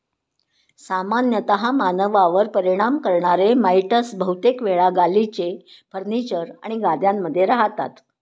सामान्यतः मानवांवर परिणाम करणारे माइटस बहुतेक वेळा गालिचे, फर्निचर आणि गाद्यांमध्ये रहातात